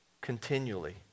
continually